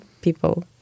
people